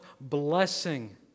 blessing